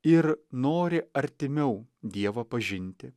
ir nori artimiau dievą pažinti